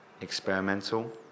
experimental